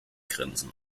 grinsen